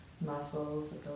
muscles